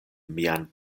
mian